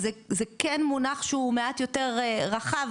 אז זה כן מונח שהוא מעט יותר רחב,